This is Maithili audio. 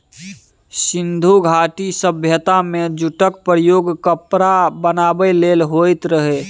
सिंधु घाटी सभ्यता मे जुटक प्रयोग कपड़ा बनाबै लेल होइत रहय